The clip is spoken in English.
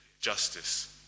justice